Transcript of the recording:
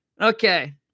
Okay